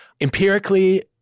Empirically